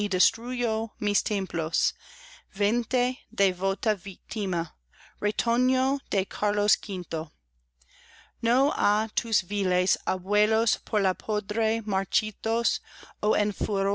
destruyó mis templos vente devota víctima retoño de carlos quinto no á tus viles abuelos por la podre marchitos ó en